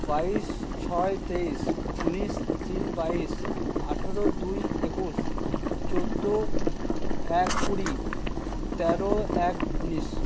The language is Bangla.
বাইশ ছয় তেইশ উনিশ তিন বাইশ আঠেরো দুই একুশ চোদ্দো এক কুড়ি তেরো এক উনিশ